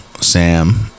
Sam